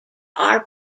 are